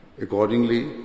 Accordingly